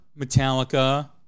Metallica